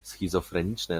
schizofreniczne